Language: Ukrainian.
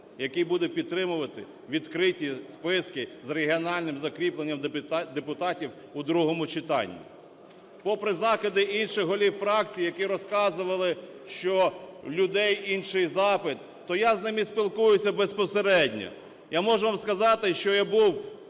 який буде підтримувати відкриті списки з регіональним закріпленням депутатів у другому читанні. Попри закиди інших голів фракцій, які розказували, що у людей інший запит, то я з ними спілкуюся безпосередньо. Я можу вам сказати, що я був в